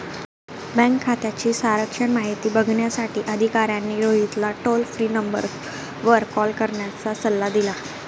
bank खात्याची सारांश माहिती बघण्यासाठी अधिकाऱ्याने रोहितला टोल फ्री नंबरवर कॉल करण्याचा सल्ला दिला